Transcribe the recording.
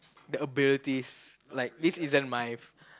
the abilities like this is just my